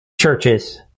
churches